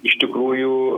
iš tikrųjų